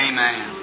Amen